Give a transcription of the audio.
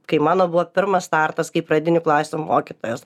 kai mano buvo pirmas startas kaip pradinių klasių mokytojos